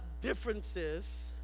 differences